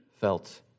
felt